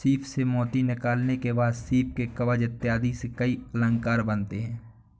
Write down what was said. सीप से मोती निकालने के बाद सीप के कवच इत्यादि से कई अलंकार बनते हैं